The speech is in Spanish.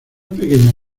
pequeñas